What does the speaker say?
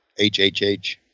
HHH